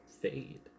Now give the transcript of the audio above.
fade